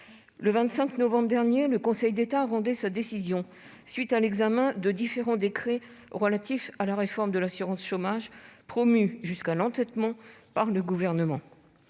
Le 25 novembre dernier, le Conseil d'État rendait une décision faisant suite à l'examen de différents décrets relatifs à la réforme de l'assurance chômage promue jusqu'à l'entêtement par le Gouvernement.